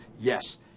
Yes